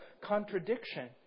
contradiction